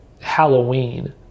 Halloween